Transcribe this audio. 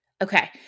Okay